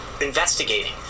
investigating